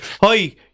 hi